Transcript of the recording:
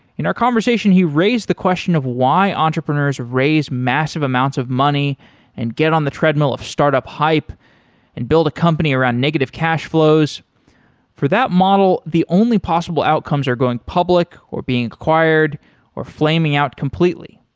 in our conversation he raised the question of why entrepreneurs raise massive amounts of money and get on the treadmill of startup hype and build a company around negative cash flows for that model, the only possible outcomes are going public or being acquired or flaming out completely.